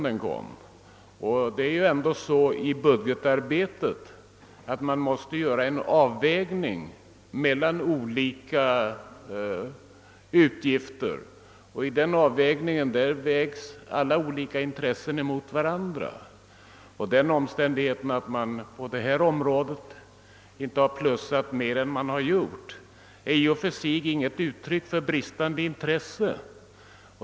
Det är ju ändå så i budgetarbetet, att man måste göra en avvägning mellan olika utgifter, och i den avvägningen vägs alla olika intressen mot varandra. Den omständigheten att man på detta område inte har ökat mer än man har gjort är i och för sig inte något uttryck för bristande intresse.